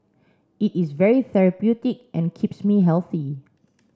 it is very therapeutic and keeps me healthy